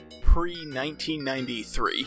pre-1993